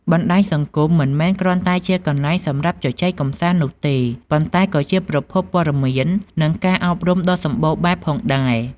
បណ្ដាញសង្គមមិនមែនគ្រាន់តែជាកន្លែងសម្រាប់ជជែកកម្សាន្តនោះទេ ប៉ុន្តែក៏ជាប្រភពព័ត៌មាន និងការអប់រំដ៏សម្បូរបែបផងដែរ។